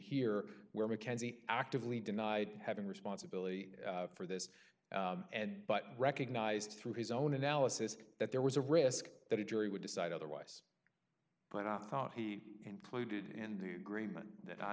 here where mackenzie actively denied having responsibility for this and but recognized through his own analysis that there was a risk that a jury would decide otherwise but i thought he included in the greenman that i